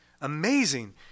amazing